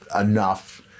enough